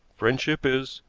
friendship is